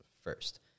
first